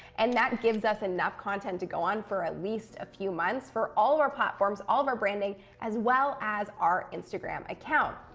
and that gives us enough content to go on for at least a few months for all our platforms, all of our branding, as well as our instagram account.